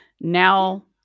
Now